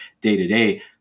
day-to-day